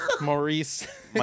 Maurice